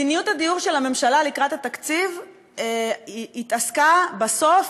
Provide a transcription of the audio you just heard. מדיניות הדיור של הממשלה לקראת התקציב התעסקה בסוף,